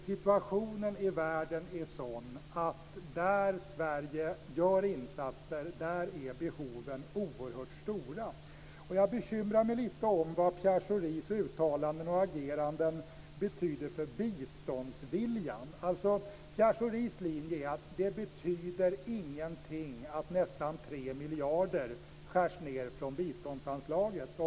Situationen i världen är sådan att behoven är oerhört stora där Sverige gör insatser. Jag bekymrar mig lite om vad Pierre Schoris uttalanden och ageranden betyder för biståndsviljan. Pierre Schoris linje är att det inte betyder någonting att biståndsanslaget skärs ned med nästan tre miljarder.